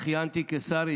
שבה כיהנתי כשר,